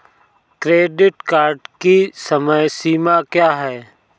Credit card की समय सीमा क्या है?